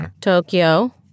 Tokyo